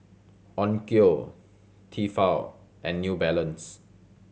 Onkyo Tefal and New Balance